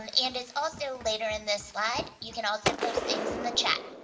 and and it's also later in this slide. you can also post things in the chat.